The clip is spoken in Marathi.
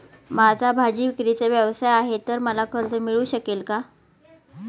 माझा भाजीविक्रीचा व्यवसाय आहे तर मला कर्ज मिळू शकेल का?